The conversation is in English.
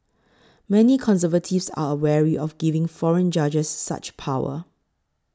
many conservatives are wary of giving foreign judges such power